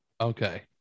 Okay